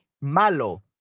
Malo